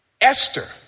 Esther